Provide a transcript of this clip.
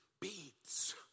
beats